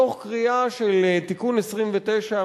מתוך קריאה של תיקון 29,